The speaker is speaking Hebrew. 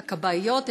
את הכבאיות,